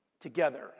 together